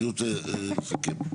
אני רוצה לסכם.